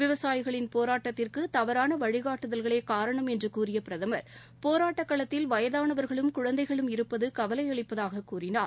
விவசாயிகளின் போராட்டத்திற்கு தவறான வழிகாட்டுதல்களே காரணம் என்று கூறிய பிரதமர் போராட்டக் களத்தில் வயதானவர்களும் குழந்தைகளும் இருப்பது கவலையளிப்பதாகக் கூறினார்